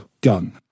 gun